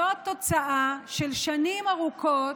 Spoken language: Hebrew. זאת תוצאה של שנים ארוכות